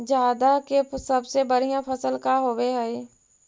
जादा के सबसे बढ़िया फसल का होवे हई?